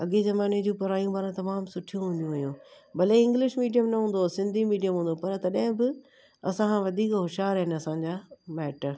अॻे ज़माने जूं पढ़ायूं पाण तमामु सुठियूं हूंदियूं हुयूं भले इंग्लिश मीडियम न हूंदो हुओ सिंधी मीडियम हूंदो पर तॾहिं बि असां खां वधीक होश्यारु आहिनि असांजा माइट